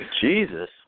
Jesus